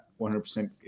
100%